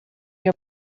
your